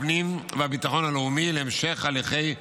הפנים והביטחון הלאומי בהמשך הליכי החקיקה,